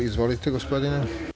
Izvolite, gospodine.